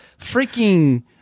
freaking